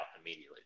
immediately